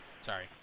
Sorry